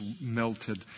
melted